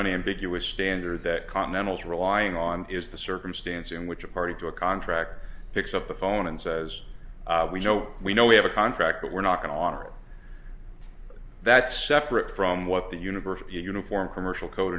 unambiguous standard that continentals relying on is the circumstance in which a party to a contract picks up the phone and says we know we know we have a contract but we're not going to honor that's separate from what the universe of uniform commercial code